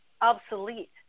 obsolete